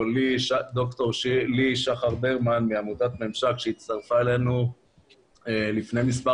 ד"ר ליהי שחר ברמן מעמותת ממשק שהצטרפה אלינו לפני מספר